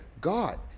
God